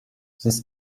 this